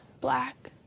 black